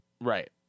Right